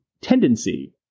tendency